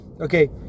Okay